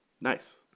Nice